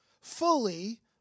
fully